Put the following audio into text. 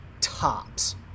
tops